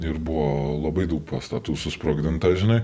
ir buvo labai daug pastatų susprogdinta žinai